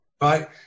right